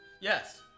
yes